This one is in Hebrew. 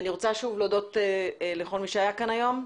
אני רוצה שוב להודות לכל מי שהיה כאן היום,